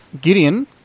Gideon